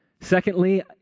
Secondly